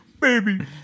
Baby